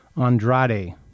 Andrade